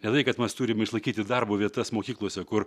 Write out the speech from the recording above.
ne tai kad mes turim išlaikyti darbo vietas mokyklose kur